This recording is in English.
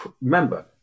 remember